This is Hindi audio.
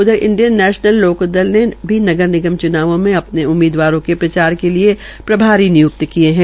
उधर इंडियन नैशनल लोकदल ने भी नगर निगम च्नावों में अपने उम्मीदवारों के प्रचार के लिये प्रभारी निय्क्त किये है